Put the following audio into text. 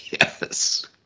Yes